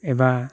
एबा